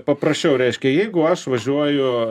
paprasčiau reiškia jeigu aš važiuoju